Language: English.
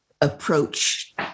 approach